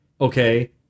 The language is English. Okay